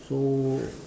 so